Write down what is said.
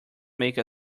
make